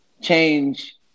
change